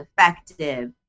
effective